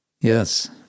Yes